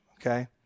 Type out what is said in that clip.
okay